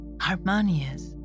harmonious